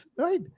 right